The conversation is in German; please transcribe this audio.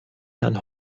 herrn